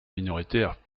minoritaires